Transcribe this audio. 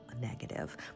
negative